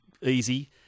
easy